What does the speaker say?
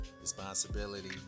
Responsibility